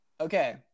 Okay